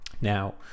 Now